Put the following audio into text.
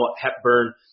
Hepburn